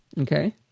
Okay